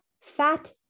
fat